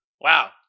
wow